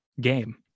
game